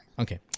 Okay